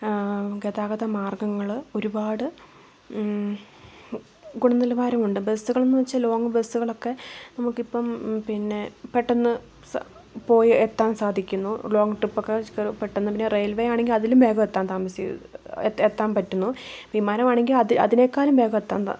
ഗതാഗത മാര്ഗങ്ങള് ഒരുപാട് ഗുണനിലവാരം ഉണ്ട് ബസ്സുകള് എന്ന് വെച്ചാല് ലോങ്ങ് ബസ്സുകള് ഒക്കെ നമുക്ക് ഇപ്പം പിന്നെ പെട്ടെന്ന് പോയി എത്താന് സാധിക്കുന്നു ലോങ്ങ് ട്രിപ്പ് ഒക്കെ പെട്ടെന്ന് പിന്നെ റെയില്വേ ആണെങ്കില് അതിലും വേഗം എത്താന് പറ്റുന്നു വിമാനമാണെങ്കില് അതിനെക്കാളും വേഗം എത്താന്